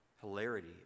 hilarity